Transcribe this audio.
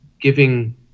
giving